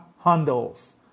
handles